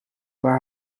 waar